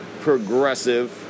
progressive